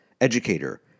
educator